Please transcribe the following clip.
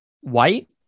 white